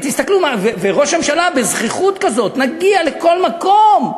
וראש הממשלה, בזחיחות כזאת, "נגיע לכל מקום".